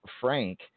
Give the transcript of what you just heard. Frank